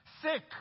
sick